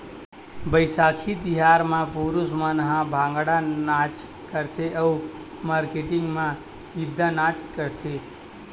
बइसाखी तिहार म पुरूस मन ह भांगड़ा नाच करथे अउ मारकेटिंग मन गिद्दा नाच करथे